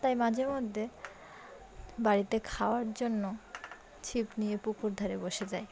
তাই মাঝে মধ্যে বাড়িতে খাওয়ার জন্য ছিপ নিয়ে পুকুর ধারে বসে যায়